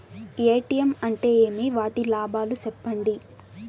ATM అంటే ఏమి? వాటి లాభాలు సెప్పండి?